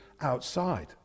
outside